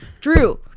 Drew